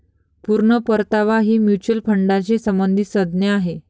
पूर्ण परतावा ही म्युच्युअल फंडाशी संबंधित संज्ञा आहे